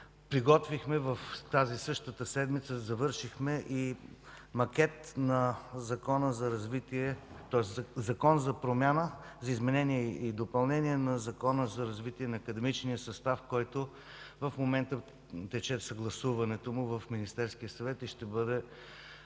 приготвихме в същата тази седмица и завършихме макет на Закон за изменение и допълнение на Закона за развитие на академичния състав, на който в момента тече съгласуването му в Министерския съвет и ще бъде